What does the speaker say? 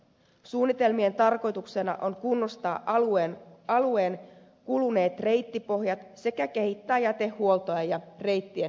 suunnitelmien tarkoituksena on kunnostaa alueen kuluneet reittipohjat sekä kehittää jätehuoltoa ja reittien opastusta